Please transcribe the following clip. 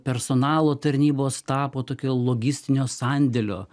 personalo tarnybos tapo tokio logistinio sandėlio